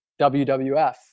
WWF